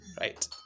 Right